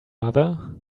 mother